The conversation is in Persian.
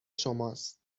شماست